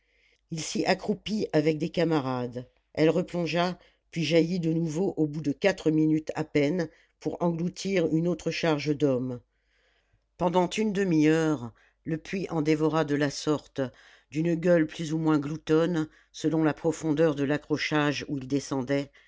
il s'y accroupit avec des camarades elle replongea puis jaillit de nouveau au bout de quatre minutes à peine pour engloutir une autre charge d'hommes pendant une demi-heure le puits en dévora de la sorte d'une gueule plus ou moins gloutonne selon la profondeur de l'accrochage où ils descendaient